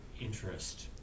interest